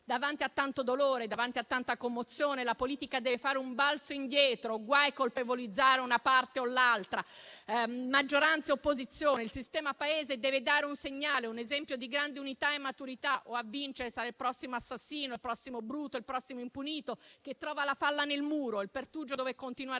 Davanti a tanto dolore e tanta commozione, la politica deve fare un balzo indietro; guai a colpevolizzare una parte o l'altra, maggioranza e opposizione. Il sistema Paese deve dare un segnale, un esempio di grande unità e maturità: in caso contrario, a vincere sarà il prossimo assassino, il prossimo bruto, il prossimo impunito, che trova la falla nel muro, il pertugio dove continuare